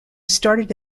started